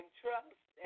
trust